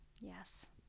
Yes